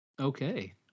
Okay